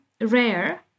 rare